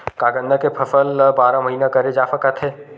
का गन्ना के फसल ल बारह महीन करे जा सकथे?